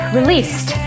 released